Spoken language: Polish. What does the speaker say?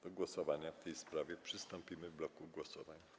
Do głosowania w tej sprawie przystąpimy w bloku głosowań.